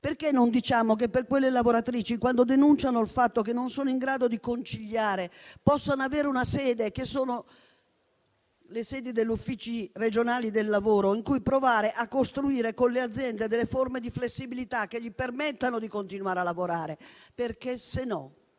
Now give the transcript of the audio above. perché non diciamo che per quelle lavoratrici, quando denunciano il fatto che non sono in grado di conciliare, possono avere una sede - sono le sedi degli Uffici regionali del lavoro - in cui provare a costruire con le aziende delle forme di flessibilità che permettano loro di continuare a lavorare? Altrimenti